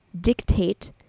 dictate